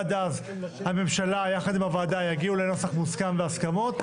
עד אז הממשלה יחד עם הוועדה יגיעו לנוסח מוסכם והסכמות.